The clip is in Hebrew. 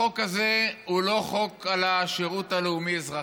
החוק הזה הוא לא חוק על השירות הלאומי-אזרחי.